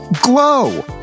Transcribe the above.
glow